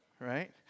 Right